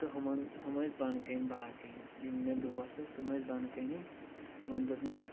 تہٕ ہُمَن ہُم ٲسۍ بۄنہٕ کَنہِ باقٕے یِم مےٚ دوس ٲسۍ تِم ٲسۍ بۄنہٕ کَنی تِمَن دوٚپ مےٚ